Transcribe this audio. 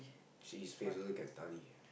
see his face also can study